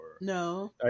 no